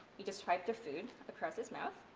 you just swipe the food across his mouth.